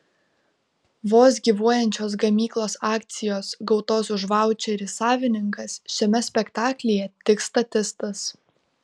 vos gyvuojančios gamyklos akcijos gautos už vaučerį savininkas šiame spektaklyje tik statistas